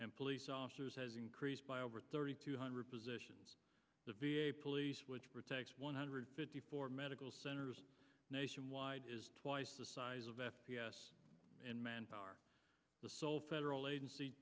and police officers has increased by over thirty two hundred positions the v a police which protects one hundred fifty four medical centers nationwide is twice the size of f p s and manpower the sole federal agenc